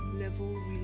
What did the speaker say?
level